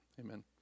Amen